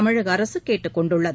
தமிழக அரசு கேட்டுக் கொண்டுள்ளது